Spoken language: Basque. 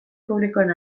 publikoen